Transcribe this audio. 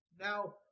now